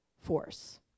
force